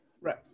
right